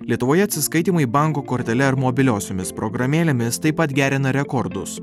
lietuvoje atsiskaitymai banko kortele ar mobiliosiomis programėlėmis taip pat gerina rekordus